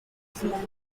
zealand